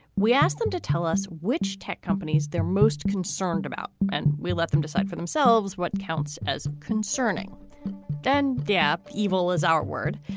we asked them to tell us which tech companies they're most concerned about. and we let them decide for themselves what counts as concerning then dap evil is our word.